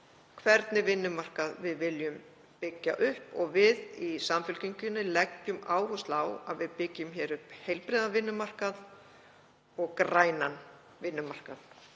hvernig vinnumarkað við viljum byggja upp og við í Samfylkingunni leggjum áherslu á að við byggjum hér upp heilbrigðan vinnumarkað og grænan vinnumarkað